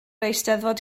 eisteddfod